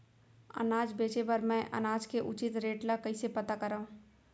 अनाज बेचे बर मैं अनाज के उचित रेट ल कइसे पता करो?